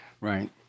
Right